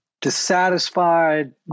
dissatisfied